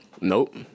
Nope